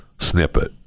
snippet